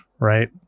right